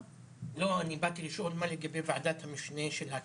לא, אני באתי לשאול מה לגבי וועדת המשנה של הקאפ.